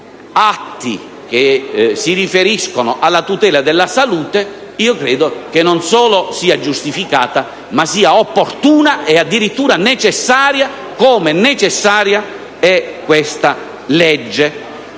atti che si riferiscono alla tutela della salute, io credo che non solo sia giustificata, ma sia opportuna e addirittura necessaria. Così come necessaria è questa legge,